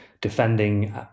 defending